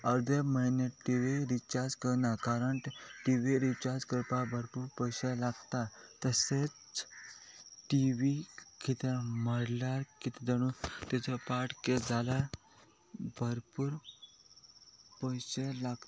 अर्दे म्हयने TV recharge करना कारण टी वी रिचार्ज करपाक भरपूर पयशे लागता तशेंच टी वी कितें माडल्यार कितें जावन तेचो पार्ट केल्या भरपूर पयशे लागता